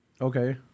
Okay